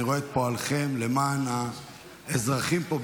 אני רואה את פועלכם למען האזרחים פה,